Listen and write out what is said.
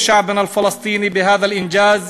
ומברכים את כל העם הפלסטיני לרגל ההישג הזה.